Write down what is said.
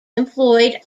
employed